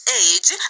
age